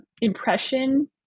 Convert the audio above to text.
impression